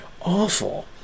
awful